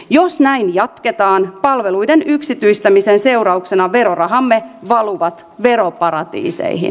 jos näin jatketaan palveluiden yksityistämisen seurauksena verorahamme valuvat veroparatiiseihin